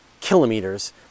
kilometers